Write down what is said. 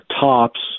tops